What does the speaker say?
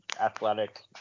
athletic